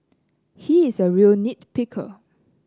he is a real nit picker